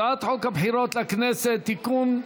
הצעת חוק הבחירות לכנסת (תיקון,